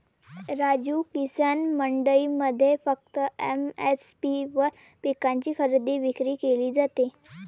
राजू, किसान मंडईमध्ये फक्त एम.एस.पी वर पिकांची खरेदी विक्री केली जाते